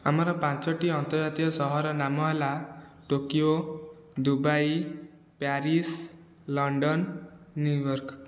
ଆମର ପାଞ୍ଚୋଟି ଅର୍ନ୍ତଜାତୀୟ ସହରର ନାମ ହେଲା Tokyo Dubai Paris London New York